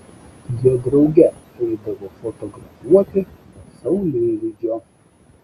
jie drauge eidavo fotografuoti saulėlydžio